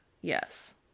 yes